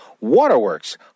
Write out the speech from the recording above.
Waterworks